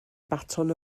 baton